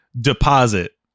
deposit